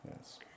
yes